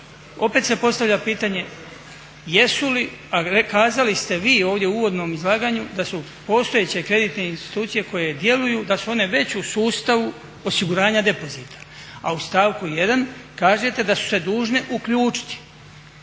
Opet se postavlja pitanje jesu li, a kazali ste vi ovdje u uvodno izlaganju da su postojeće kreditne institucije koje djeluju da su one već u sustavu osiguranja depozita, a u stavku 1. kažete da su se dužne uključiti.